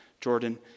Jordan